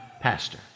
pastor